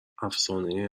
افسانه